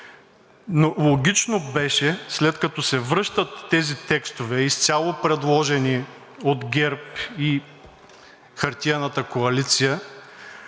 си. Логично беше, след като се връщат тези текстове, изцяло предложени от ГЕРБ и хартиената коалиция,